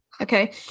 Okay